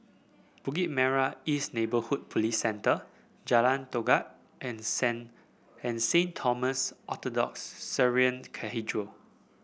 Bukit Merah East Neighbourhood Police Centre Jalan Todak and Saint Thomas Orthodox Syrian Cathedral